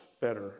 better